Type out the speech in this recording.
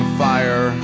fire